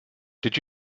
did